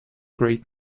great